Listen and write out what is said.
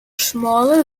smaller